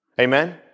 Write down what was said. Amen